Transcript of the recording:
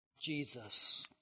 Jesus